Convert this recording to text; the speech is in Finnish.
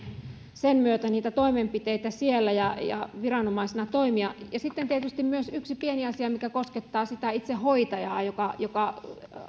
sen myötä niitä toimenpiteitä siellä ja ja viranomaisena toimia sitten tietysti yksi pieni asia mikä koskettaa sitä itse hoitajaa joka joka